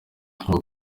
n’ubwo